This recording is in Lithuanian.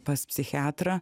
pas psichiatrą